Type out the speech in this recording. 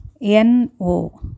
N-O